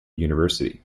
university